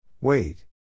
Wait